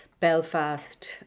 belfast